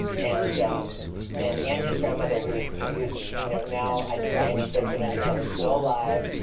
and um and angie's grandmother, who's who's you know now, i think, ninety six or ninety seven still alive.